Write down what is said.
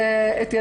שאולי חשובה מכל,